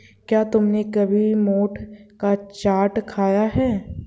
क्या तुमने कभी मोठ का चाट खाया है?